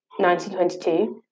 1922